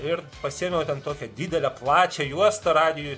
ir pasiėmiau ten tokią didelę plačią juostą radijuj